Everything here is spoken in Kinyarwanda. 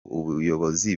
ubuyobozi